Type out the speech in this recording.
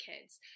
Kids